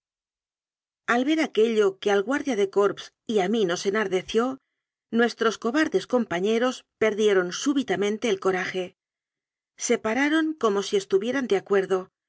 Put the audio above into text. al ver aquello que al guardia de corps y a mí nos enardeció nuestros cobardes compañeros perdieron súbitamente el coraje se pararon como si estuvieran de acuerdo